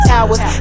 Towers